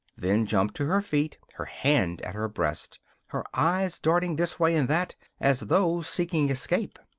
then jumped to her feet, her hand at her breast her eyes darting this way and that, as though seeking escape.